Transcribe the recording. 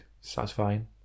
satisfying